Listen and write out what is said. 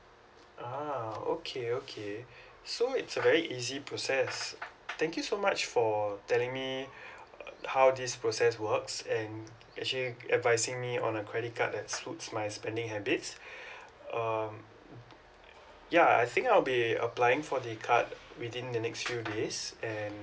a'ah okay okay so it's a very easy process thank you so much for telling me uh how this process works and actually advising me on a credit card that suits my spending habits um ya I think I'll be applying for the card within the next few days and